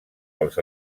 pels